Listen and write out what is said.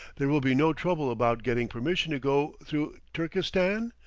there will be no trouble about getting permission to go through turkestan?